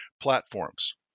platforms